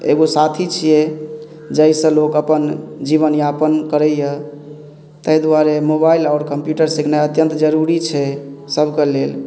एगो साथी छियै जाहिसँ लोक अपन जीवनयापन करैया ताहि दुआरे मोबाइल आओर कम्प्यूटर सिखनाइ अत्यन्त जरूरी छै सभकऽ लेल